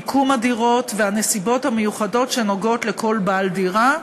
למיקום הדירות ולנסיבות המיוחדות שנוגעות לכל בעל דירה,